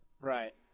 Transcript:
right